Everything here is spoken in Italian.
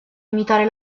imitare